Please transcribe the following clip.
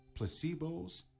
placebos